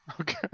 Okay